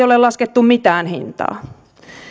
ole laskettu mitään hintaa